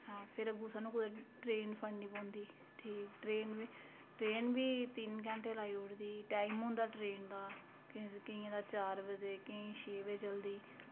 फिर साह्नू कुदै ट्रेन फड़नी पौंदी ठीक ऐ ट्रेन ट्रेन बी तिन्न घैंटे लाईउड़दी टाईम होंदा ट्रेन दा केंइयें दा चार बज़े केईं छे बज़े चलदी